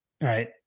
right